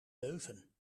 leuven